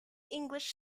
english